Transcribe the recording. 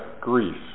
grief